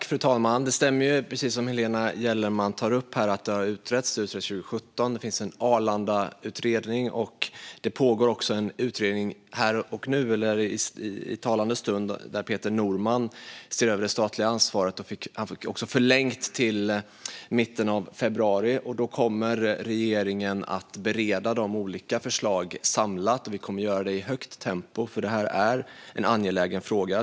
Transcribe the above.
Fru talman! Precis som Helena Gellerman säger gjordes en utredning 2017, och det finns en Arlandautredning. I talande stund pågår också en utredning där Peter Norman ser över det statliga ansvaret, och han har fått förlängt till mitten av februari. Därefter kommer regeringen att i högt tempo samlat bereda de olika förslagen, för det är en angelägen fråga.